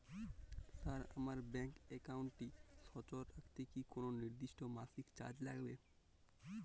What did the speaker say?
Sir আমার bank একাউন্টটি সচল রাখতে কি কোনো নির্দিষ্ট মাসিক চার্জ লাগবে?